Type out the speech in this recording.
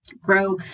grow